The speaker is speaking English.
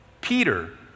Peter